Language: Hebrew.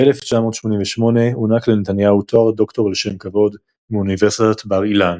ב-1988 הוענק לנתניהו תואר דוקטור לשם כבוד מאוניברסיטת בר-אילן.